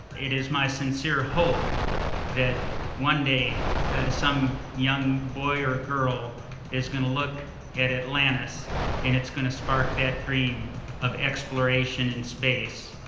it is my sincere hope that one day some young boy or girl is going to look at atlantis and it's going spark that dream of exploration in space.